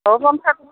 অঁ